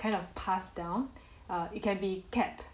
kind of passed down err it can be kept